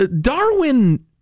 Darwin